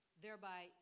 Thereby